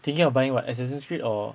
thinking of buying what assassin's creed or